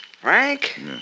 Frank